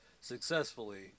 successfully